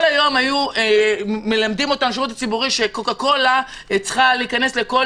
היום היו מלמדים אותם בשירות הציבורי שקוקה קולה צריכה להיכנס לכל